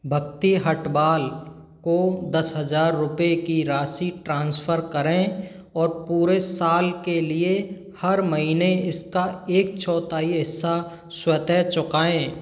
भक्ति हटवाल को दस हज़ार रुपये की राशि ट्रांसफ़र करें और पूरे साल के लिए हर महीने इसका एक चौथाई हिस्सा स्वतः चुकाएं